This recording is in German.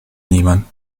nehmen